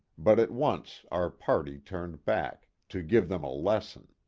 but at once our party turned back to give them a lesson.